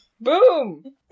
boom